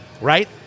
right